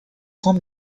grand